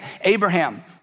Abraham